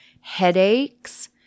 headaches